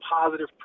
positive